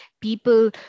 people